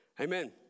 amen